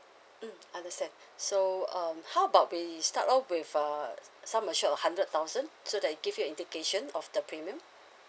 mm understand so um how about we start off with uh sum assured of hundred thousand so that it give you indication of the premium